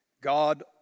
God